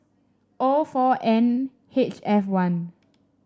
O four N H F one